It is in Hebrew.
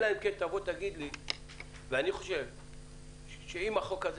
אלא אם כן תבוא ותגיד לי שבחוק הזה